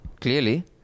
Clearly